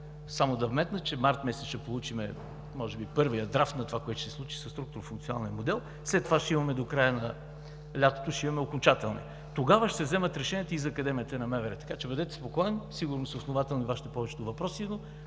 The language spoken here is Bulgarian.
Само да вметна, че март месец ще получим може би първия драфт на това, което ще се случи със структурно-функционалния модел, а след това до края на лятото ще имаме окончателния. Тогава ще се вземат решенията и за Академията на МВР. Така че бъдете спокоен! Сигурно са основателни повечето Ваши въпроси, но